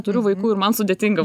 turiu vaikų ir man sudėtinga